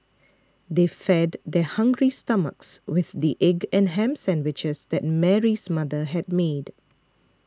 they fed their hungry stomachs with the egg and ham sandwiches that Mary's mother had made